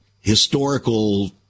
historical